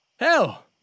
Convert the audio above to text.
Hell